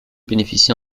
bénéficie